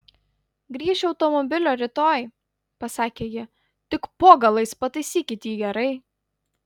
grįšiu automobilio rytoj pasakė ji tik po galais pataisykit jį gerai